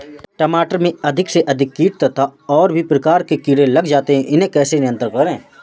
टमाटर में अधिक से अधिक कीट तथा और भी प्रकार के कीड़े लग जाते हैं इन्हें कैसे नियंत्रण करें?